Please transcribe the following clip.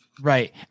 Right